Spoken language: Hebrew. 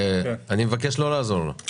אני מבקש לא לעזור לו.